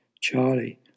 Charlie